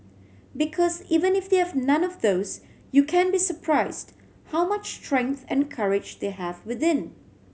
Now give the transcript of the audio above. because even if they have none of those you can be surprised how much strength and courage they have within